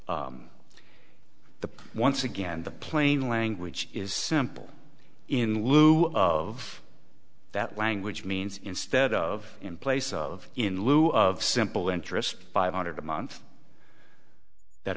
the once again the plain language is simple in lieu of that language means instead of in place of in lieu of simple interest five hundred a month that